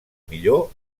millor